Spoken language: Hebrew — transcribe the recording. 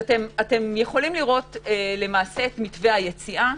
רואים את מתווה היציאה.